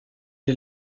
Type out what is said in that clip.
est